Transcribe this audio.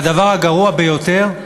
והדבר הגרוע ביותר,